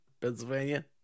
Pennsylvania